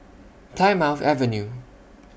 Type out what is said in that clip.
Plymouth Avenue